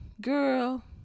girl